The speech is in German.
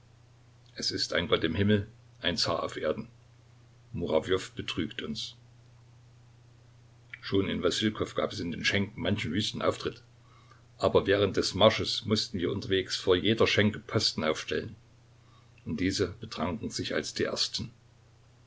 es ist ein gott im himmel ein zar auf erden murawjow betrügt uns schon in wassilkow gab es in den schenken manchen wüsten auftritt aber während des marsches mußten wir unterwegs vor jeder schenke posten aufstellen und diese betranken sich als die ersten